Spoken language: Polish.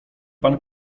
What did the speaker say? pan